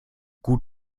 gut